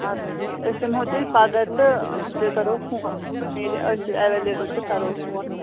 اَدٕ حظ ٹھیٖک أسۍ یِمہٕ ہو تیٚلہِ پگاہ تہٕ تیٚلہِ کَرو فون ییٚلہِ أسۍ ایٚویلیبُل تہٕ کَرہو فون